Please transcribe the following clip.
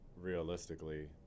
realistically